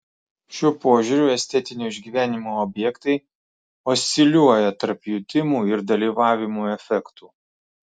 šiuo požiūriu estetinio išgyvenimo objektai osciliuoja tarp jutimų ir dalyvavimo efektų